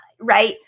right